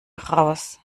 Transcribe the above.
raus